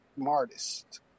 smartest